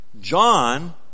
John